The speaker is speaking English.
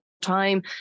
time